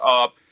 up